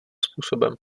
způsobem